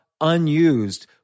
unused